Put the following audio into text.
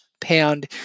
pound